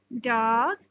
dog